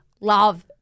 love